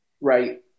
Right